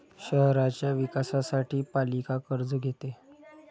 शहराच्या विकासासाठी पालिका कर्ज घेते